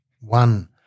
one